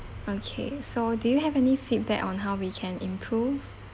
okay so do you have any feedback on how we can improve